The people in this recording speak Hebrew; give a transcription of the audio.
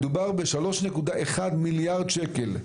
מדובר ב-3.1 מיליארד שקלים,